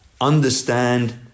understand